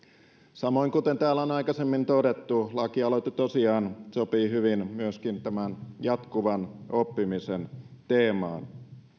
samoin kuten täällä on aikaisemmin todettu lakialoite tosiaan sopii hyvin myöskin tämän jatkuvan oppimisen teemaan